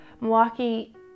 Milwaukee